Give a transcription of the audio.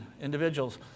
individuals